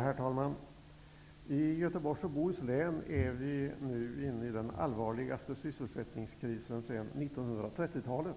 Herr talman! I Göteborgs och Bohus län är vi nu inne i den allvarligaste sysselsättningskrisen sedan 1930-talet.